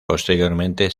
posteriormente